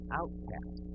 outcast